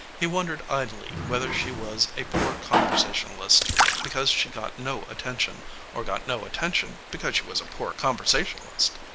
he wondered idly whether she was a poor conversationalist because she got no attention or got no attention because she was a poor conversationalist.